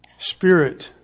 spirit